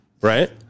Right